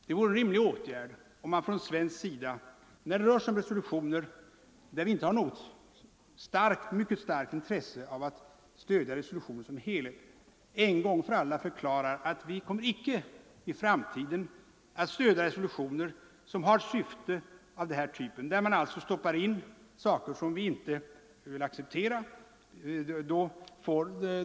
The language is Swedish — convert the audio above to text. Det vore en rimlig åtgärd, när det rör sig om resolutioner där vi inte har något mycket starkt intresse av att stödja hela resolutionsförslaget, att från svensk sida en gång för alla förklara att vi i framtiden inte kommer att stödja resolutioner där det stoppats in meningar som vi inte vill acceptera.